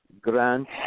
Grant